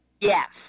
Yes